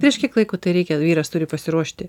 prieš kiek laiko tai reikia vyras turi pasiruošti